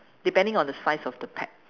depending on the size of the pet